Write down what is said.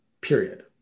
Period